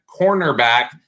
cornerback